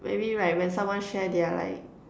maybe like when someone share their like